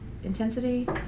intensity